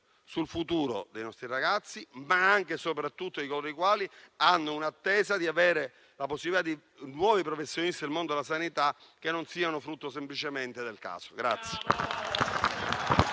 sul futuro dei nostri ragazzi, ma anche e soprattutto di coloro i quali hanno l'aspettativa di poter avere nuovi professionisti del mondo della sanità che non siano frutto semplicemente del caso.